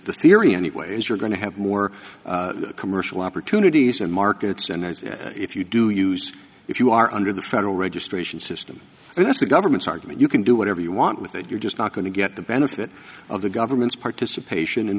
the theory anywhere is you're going to have more commercial opportunities in markets and if you do use if you are under the federal registration system and that's the government's argument you can do whatever you want with it you're just not going to get the benefit of the government's participation in